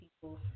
people